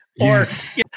Yes